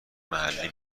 محلی